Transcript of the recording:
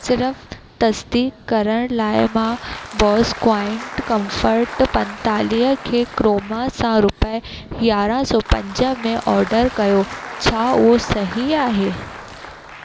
सिर्फ़ तसदीक़ु करण लाइ मां बॉस क्वाइट कंफर्ट पंतालीह खे क्रोमा सां रुपए यारहं सौ पंज में ऑडर कयो छा उहो सही आहे